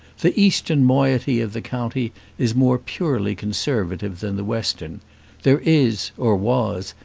the eastern moiety of the county is more purely conservative than the western there is, or was,